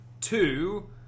Two